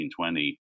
1920